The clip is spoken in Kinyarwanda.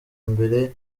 mbere